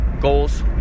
goals